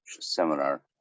seminar